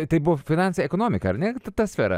tai buvo finansai ekonomika ar ne ta sfera